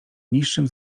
niższym